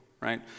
right